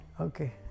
okay